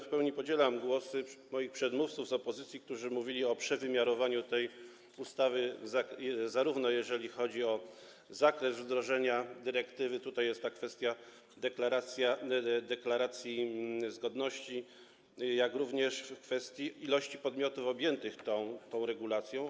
W pełni podzielam głosy moich przedmówców z opozycji, którzy mówili o przewymiarowaniu tej ustawy, zarówno jeżeli chodzi o zakres wdrożenia dyrektywy - tutaj jest ta kwestia deklaracji zgodności - jak i o kwestię ilości podmiotów objętych tą regulacją.